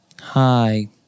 Hi